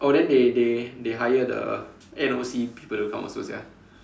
oh then they they they hire the N_O_C people to come also sia